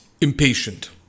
impatient